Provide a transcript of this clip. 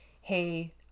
hey